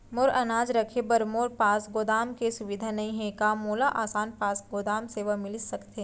मोर अनाज रखे बर मोर पास गोदाम के सुविधा नई हे का मोला आसान पास गोदाम सेवा मिलिस सकथे?